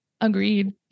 agreed